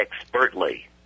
expertly